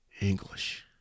English